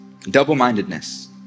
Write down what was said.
Double-mindedness